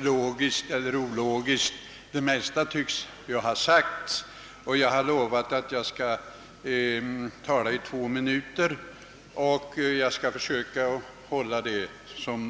logiskt eller ologiskt; utan det mesta tycks redan vara sagt. Jag har lovat att jag skall tala i två mi: nuter och jag skall försöka hålla det löftet.